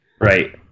right